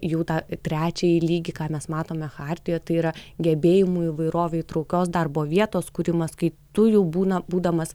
jų tą trečiąjį lygį ką mes matome chartijoje tai yra gebėjimų įvairovė įtraukios darbo vietos kūrimas kai tu jau būna būdamas